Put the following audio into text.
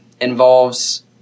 involves